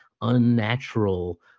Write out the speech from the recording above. unnatural